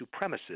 supremacists